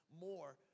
more